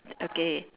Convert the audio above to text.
okay